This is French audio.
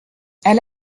elle